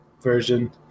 version